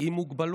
ילדים עם מוגבלות